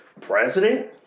president